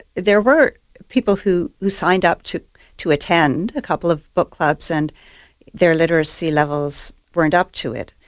there were people who who signed up to to attend a couple of book clubs, and their literacy levels weren't up to it,